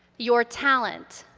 your talent,